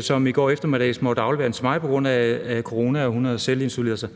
som i går eftermiddags måtte aflevere den til mig og selvisolere sig